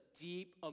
deep